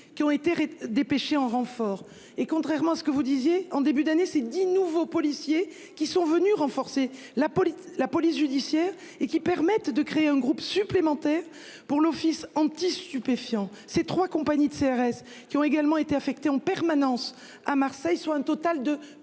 qui ont été dépêchés en renfort et contrairement à ce que vous disiez en début d'année c'est 10 nouveaux policiers qui sont venus renforcer la police, la police judiciaire et qui permettent de créer un groupe supplémentaire pour l'Office anti-stupéfiants ces 3 compagnies de CRS qui ont également été affectées en permanence à Marseille, soit un total de